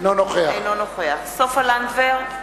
אינו נוכח סופה לנדבר,